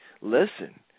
listen